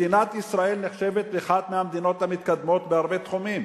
מדינת ישראל נחשבת אחת מהמדינות המתקדמות בהרבה תחומים,